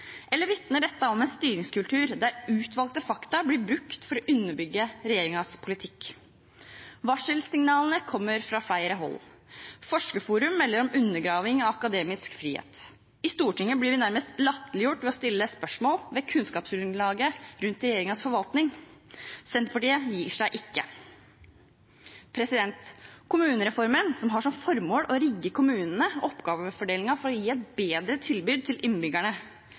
eller vitner dette om en styringskultur der utvalgte fakta blir brukt for å underbygge regjeringens politikk? Varselsignalene kommer fra flere hold. Forskerforum melder om undergraving av akademisk frihet. I Stortinget blir vi nærmest latterliggjort for å stille spørsmål ved kunnskapsgrunnlaget rundt regjeringas forvaltning. Senterpartiet gir seg ikke. Kommunereformen har som formål å rigge kommunene og oppgavefordelingen for å gi et bedre tilbud til innbyggerne.